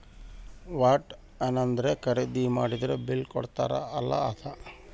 ವಟ್ಟ ಯೆನದ್ರ ಖರೀದಿ ಮಾಡಿದ್ರ ಬಿಲ್ ಕೋಡ್ತಾರ ಅಲ ಅದ